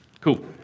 Cool